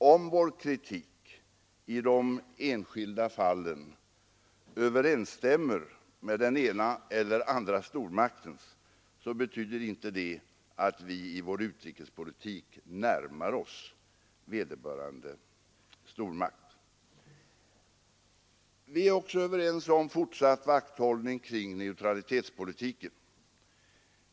Om vår kritik i de enskilda fallen överensstämmer med den ena eller andra stormaktens, betyder inte det att vi i vår utrikespolitik närmar oss vederbörande stormakt. Vi är också överens om fortsatt vakthållning kring neutralitetspolitiken.